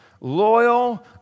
loyal